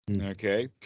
Okay